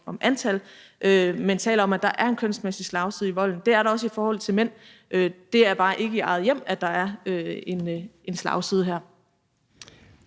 men taler om, at der er en kønsmæssig slagside i volden. Det er der også i forhold til mænd. Det er bare ikke i eget hjem, at der er en slagside her.